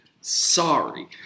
Sorry